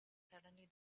suddenly